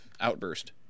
outburst